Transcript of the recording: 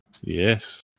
Yes